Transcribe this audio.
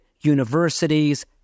universities